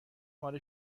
مال